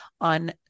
on